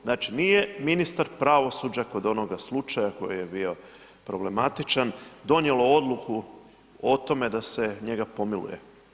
Znači, nije ministar pravosuđa kod onoga slučaja koji je bio problematičan, donijelo odluku o tome da se njega pomiluje.